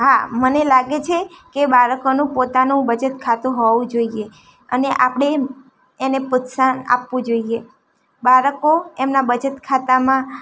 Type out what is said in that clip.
હા મને લાગે છે કે બાળકોનું પોતાનું બચત ખાતું હોવું જોઈએ અને આપણે એને પ્રોત્સાહન આપવું જોઈએ બાળકો એમનાં બચત ખાતામાં